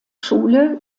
schule